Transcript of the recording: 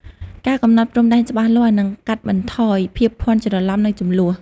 ការកំណត់ព្រំដែនច្បាស់លាស់នឹងកាត់បន្ថយភាពភ័ន្តច្រឡំ និងជម្លោះ។